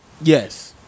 Yes